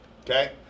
Okay